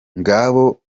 ngabo